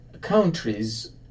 countries